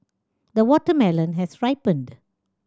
the watermelon has ripened